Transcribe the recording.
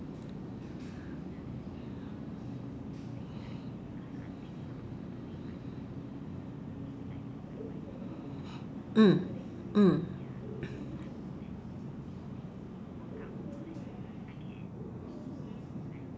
mm mm